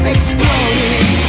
Exploding